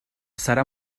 serà